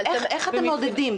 אבל איך אתם מעודדים?